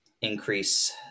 increase